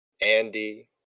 Andy